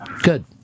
Good